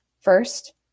First